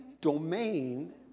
domain